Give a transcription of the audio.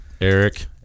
Eric